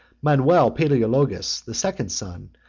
manuel palaeologus, the second son,